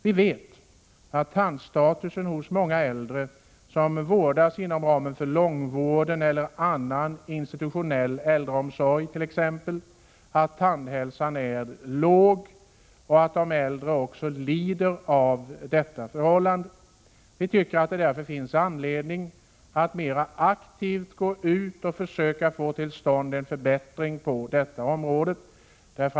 Vi vet att tandhälsan hos många äldre, som vårdas inom långvården eller inom ramen för annan institutionell äldreomsorg, är låg och att de äldre lider av detta förhållande. Det finns därför anledning att mer aktivt försöka få till stånd en förbättring på detta område.